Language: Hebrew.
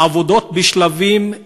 עבודות בשלבים שונים,